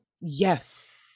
yes